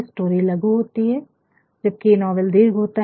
story लघु रूप में होती जबकि नावेल दीर्घ रूप में होता है